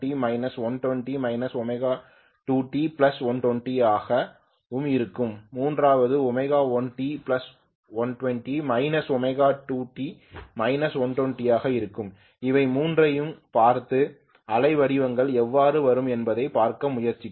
மூன்றாவது ஒன்று ω1t120 ω2t 120 ஆக இருக்கும் இவை மூன்றையும் பார்த்துஅலைவடிவங்கள் எவ்வாறு வரும் என்பதைப் பார்க்க முயற்சிக்கவும்